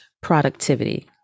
productivity